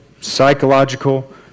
psychological